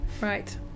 Right